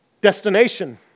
destination